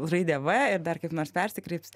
raidę v ir dar kaip nors persikreips